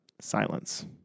Silence